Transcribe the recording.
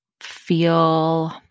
feel